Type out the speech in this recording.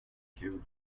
kul